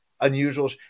unusual